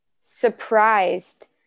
surprised